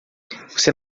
você